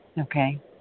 Okay